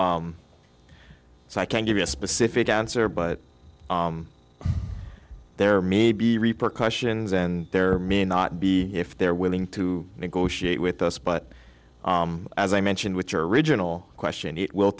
but so i can't give you a specific answer but there may be repercussions and there are may not be if they're willing to negotiate with us but as i mentioned with your original question it will